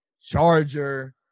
charger